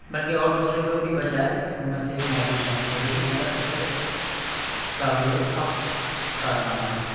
بلکہ اور دوسرے لوگ بھی بچائے ان میں ایک میں بھی شامل تھا یہی میرا سب سے قابل فخر کارنامہ ہے